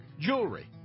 Jewelry